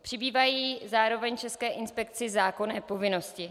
Přibývají zároveň české inspekci zákonné povinnosti.